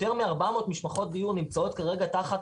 יותר מ-400 משפחות דיור נמצאות כרגע תחת